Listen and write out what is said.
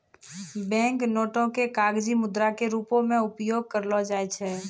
bank नोटो के कागजी मुद्रा के रूपो मे उपयोग करलो जाय छै